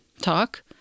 talk